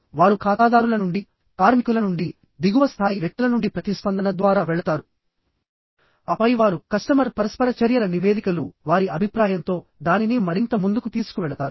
వారు ఖాతాదారుల నుండికార్మికుల నుండి దిగువ స్థాయి వ్యక్తుల నుండి ప్రతిస్పందన ద్వారా వెళతారు ఆపై వారు కస్టమర్ పరస్పర చర్యల నివేదికలు వారి అభిప్రాయంతో దానిని మరింత ముందుకు తీసుకువెళతారు